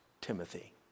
Timothy